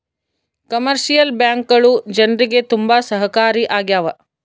commercial ಬ್ಯಾಂಕ್ಗಳು ಜನ್ರಿಗೆ ತುಂಬಾ ಸಹಾಯಕಾರಿ ಆಗ್ಯಾವ